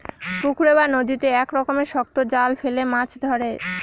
পুকুরে বা নদীতে এক রকমের শক্ত জাল ফেলে মাছ ধরে